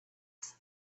passed